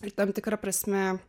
ir tam tikra prasme